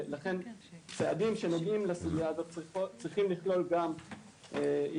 לכן צעדים שנוגעים לסוגיה הזאת צריכים לכלול גם התייחסות